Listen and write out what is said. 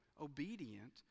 obedient